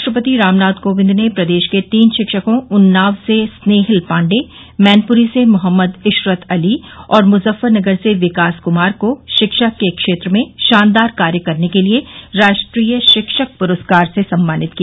राष्ट्रपति रामनाथ कोविन्द ने प्रदेश के तीन शिक्षकों उन्नाव से स्नेहिल पाण्डेय मैनपूरी से मोहम्मद इशरत अली और मुजफ्फरनगर से विकास कुमार को शिक्षा के क्षेत्र में शानदार कार्य करने के लिये राष्ट्रीय शिक्षक पुरस्कार से सम्मानित किया